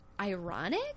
ironic